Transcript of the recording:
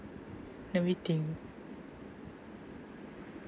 let me think